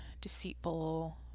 deceitful